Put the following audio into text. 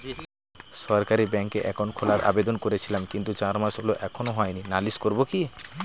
সরকারি ব্যাংকে একাউন্ট খোলার আবেদন করেছিলাম কিন্তু চার মাস হল এখনো হয়নি নালিশ করব কি?